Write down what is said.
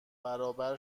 برابر